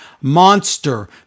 monster